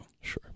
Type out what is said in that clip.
Sure